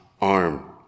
arm